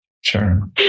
Sure